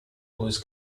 was